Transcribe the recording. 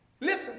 Listen